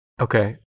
Okay